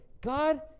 God